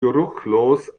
geruchlos